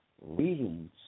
readings